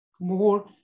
more